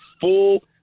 full